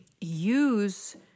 use